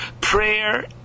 Prayer